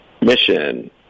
mission